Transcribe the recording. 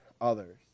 others